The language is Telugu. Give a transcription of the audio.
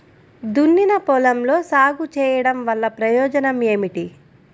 దున్నిన పొలంలో సాగు చేయడం వల్ల ప్రయోజనం ఏమిటి?